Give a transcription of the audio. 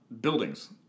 buildings